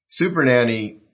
Supernanny